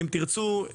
אם תרצו,